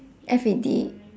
F A D